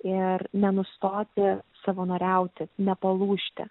ir nenustoti savanoriauti nepalūžti